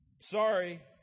Sorry